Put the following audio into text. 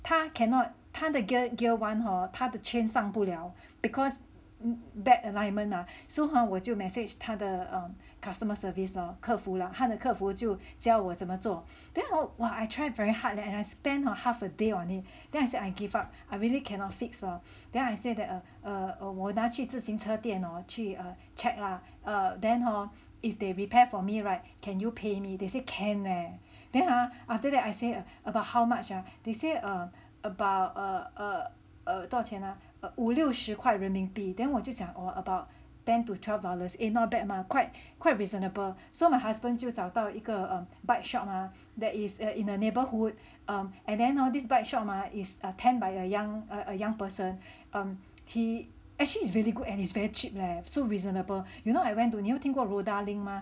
它 cannot 它它的 gear one hor 它的 chain 上不了 because bad alignment mah so hor 我就 message 他的 um customer service lor 客服 lah 他的客服就教我怎么做 then hor !wah! I tried very hard and I spent half a day on it then I said I give up I really cannot fix lor then I say that uh uh 我拿去自行车店 hor 去 err check lah then hor if they repair for me [right] can you pay me they say can leh then after that I say about how much uh they say uh about uh uh uh 多少钱啊五六十块人命币 then 我就想 oh about ten to twelve dollars eh not bad quite quite reasonable so my husband 就找到一个 um bike shop ah um that is in a neighborhood um and then hor this bike shop ah is attend by a young a young person um he actually is really good and he's very cheap leh so reasonable you know I went to 你有没有听过 Rodalink mah